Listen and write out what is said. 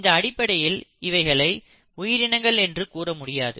இந்த அடிப்படையில் இவைகளை உயிரினங்கள் என்று கூற முடியாது